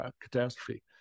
catastrophe